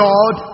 God